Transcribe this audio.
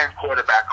quarterback